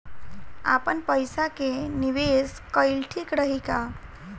आपनपईसा के निवेस कईल ठीक रही का?